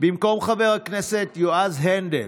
במקום חבר הכנסת יועז הנדל,